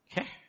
Okay